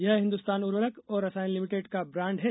यह हिन्दुस्तान उर्वरक और रसायन लिमिटेड का ब्रान्ड है